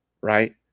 right